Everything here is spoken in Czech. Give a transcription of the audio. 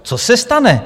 Co se stane?